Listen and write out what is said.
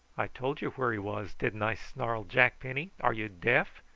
i told you where he was, didn't i? snarled jack penny. are you deaf?